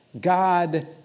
God